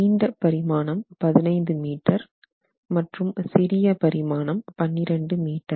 நீண்ட பரிமாணம் 15m மற்றும் சிறிய பரிமாணம் 12m